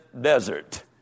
desert